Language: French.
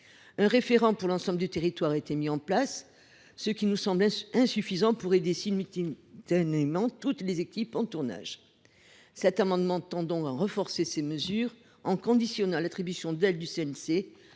Un référent pour l’ensemble du territoire a été mis en place, ce qui nous semble insuffisant pour aider simultanément toutes les équipes en tournage. Cet amendement tend donc à renforcer ces mesures en conditionnant l’attribution d’aides du CNC